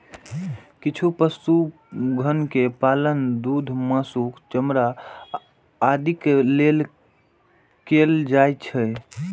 किछु पशुधन के पालन दूध, मासु, चमड़ा आदिक लेल कैल जाइ छै